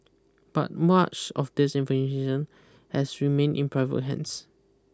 but much of this has remained in private hands